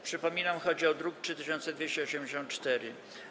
Przypominam, że chodzi o druk nr 3284.